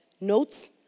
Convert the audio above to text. notes